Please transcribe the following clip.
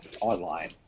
online